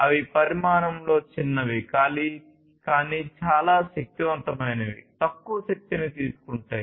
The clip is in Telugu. అవి పరిమాణంలో చిన్నవి కానీ చాలా శక్తివంతమైనవి తక్కువ శక్తిని తీసుకుంటాయి